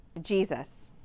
Jesus